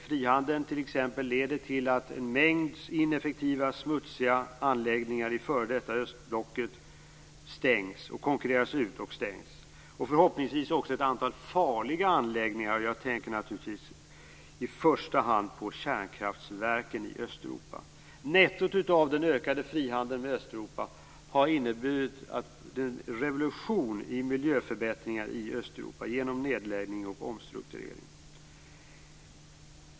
Frihandel leder t.ex. till att en mängd ineffektiva och smutsiga anläggningar i f.d. östblocket konkurreras ut och stängs. Det gäller förhoppningsvis också ett antal farliga anläggningar, och jag tänker då naturligtvis i första hand på kärnkraftverken i Östeuropa. Nettot av den ökade frihandeln i Östeuropa har inneburit en revolution i miljöförbättringar i Östeuropa genom nedläggning och omstrukturering.